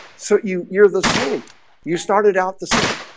so you you're the same you started out the same